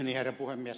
herra puhemies